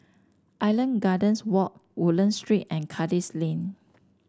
Island Gardens Walk Woodlands Street and Kandis Lane